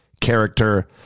character